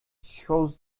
shows